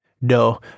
No